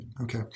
Okay